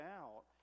out